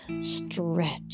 stretch